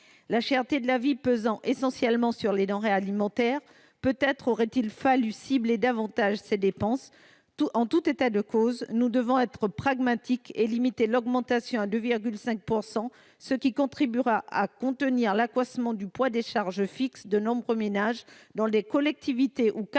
La cherté de la vie pesant essentiellement sur les denrées alimentaires, peut-être aurait-il fallu cibler davantage ces dépenses. En tout état de cause, nous devons être pragmatiques et limiter l'augmentation à 2,5 %. Cela contribuera à contenir l'accroissement du poids des charges fixes de nombreux ménages, dans les collectivités où 80 % des